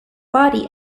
body